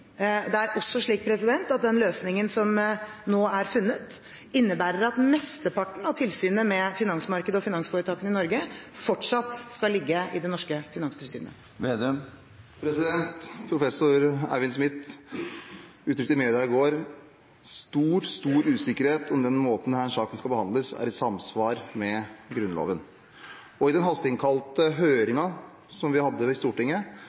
Det er også slik at den løsningen som nå er funnet, innebærer at mesteparten av tilsynet med finansmarkedet og finansforetakene i Norge fortsatt skal ligge i det norske finanstilsynet. Professor Eivind Smith uttrykte i media i går stor usikkerhet om hvorvidt måten denne saken skal behandles på, er i samsvar med Grunnloven. I den hasteinnkalte høringen som vi hadde i Stortinget,